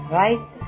right